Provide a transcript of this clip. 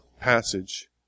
passage